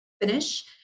finish